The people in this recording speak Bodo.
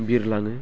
बिरलाङो